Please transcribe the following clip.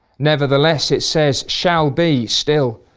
nevertheless it says, shall be still.